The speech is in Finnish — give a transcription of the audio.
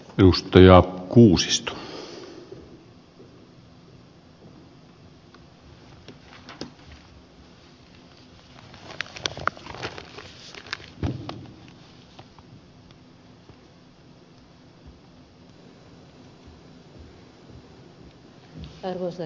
arvoisa herra puhemies